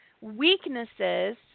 weaknesses